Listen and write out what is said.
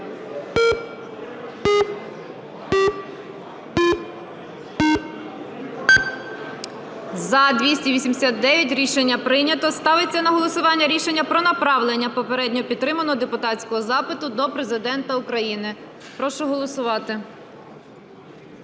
За-289 Рішення прийнято. Ставиться на голосування рішення про направлення попередньо підтриманого депутатського запиту до Президента України. Прошу голосувати.